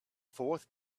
fourth